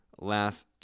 last